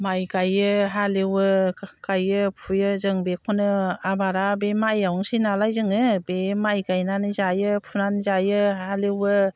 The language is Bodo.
माइ गायो हालेवो गायो फुयो जों बेखौनो आबादा बे माइयावनोसै नालाय जोङो बे माइ गायनानै जायो फुनानै जायो हालेवो